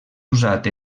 usat